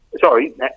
Sorry